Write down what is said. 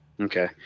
Okay